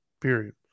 period